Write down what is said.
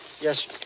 Yes